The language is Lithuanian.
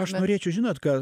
aš norėčiau žinot ką